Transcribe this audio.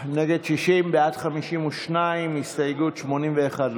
הדתית לפני סעיף 1 לא